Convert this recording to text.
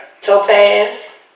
topaz